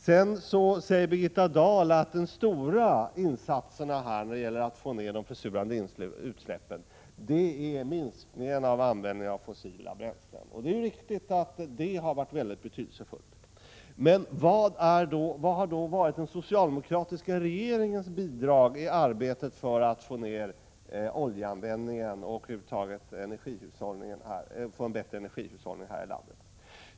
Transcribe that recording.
Sedan säger Birgitta Dahl att de stora insatserna när det gäller att få ned de försurande utsläppen har varit minskning av användning av fossila bränslen. Det är riktigt och den har varit mycket betydelsefull. Vad har då varit den socialdemokratiska regeringens bidrag i arbetet för att få ned oljeanvändningen och över huvud taget att få en bättre energihushållning här i landet?